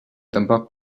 tampoc